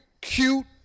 cute